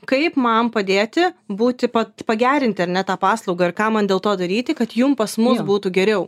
kaip man padėti būti pat pagerinti ar ne tą paslaugą ir ką man dėl to daryti kad jum pas mus būtų geriau